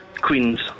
Queens